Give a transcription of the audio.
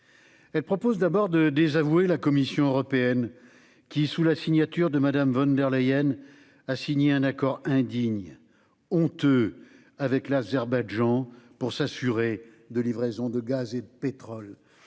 Elle propose, d'abord, de désavouer la Commission européenne, qui, sous le nom de Mme von der Leyen, a signé un accord indigne, honteux, avec l'Azerbaïdjan pour s'assurer de livraisons de gaz et de pétrole.